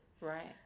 Right